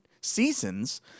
seasons